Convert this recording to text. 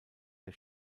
der